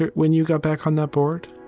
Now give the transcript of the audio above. when you got back on that board?